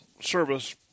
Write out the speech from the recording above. service